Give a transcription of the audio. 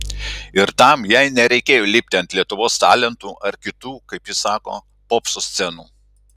ir tam jai nereikėjo lipti ant lietuvos talentų ar kitų kaip ji sako popso scenų